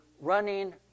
running